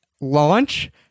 launch